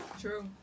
True